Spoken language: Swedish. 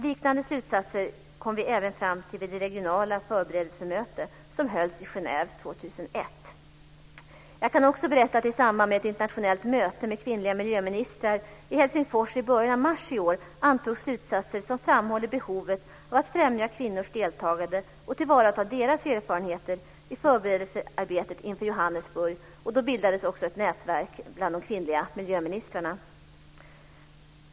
Liknande slutsatser kom vi även fram till vid det regionala förberedelsemöte som hölls i Genève 2001. Jag kan också berätta att i samband med ett internationellt möte med kvinnliga miljöministrar i Helsingfors i början av mars i år antogs slutsatser som framhåller behovet av att främja kvinnors deltagande och tillvarata deras erfarenheter i förberedelsearbetet inför Johannesburg. Då bildades också ett nätverk bland de kvinnliga miljöministrarna.